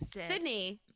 Sydney